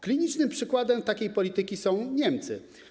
Klinicznym przykładem takiej polityki są Niemcy.